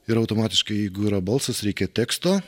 ir automatiškai jeigu yra balsas reikia teksto